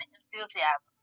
enthusiasm